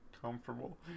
comfortable